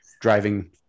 Driving